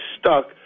stuck